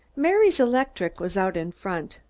mary's electric was out in front.